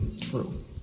true